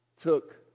took